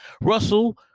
Russell